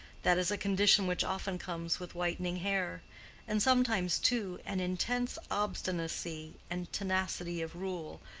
that is a condition which often comes with whitening hair and sometimes, too, an intense obstinacy and tenacity of rule,